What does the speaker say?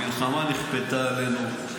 המלחמה נכפתה עלינו.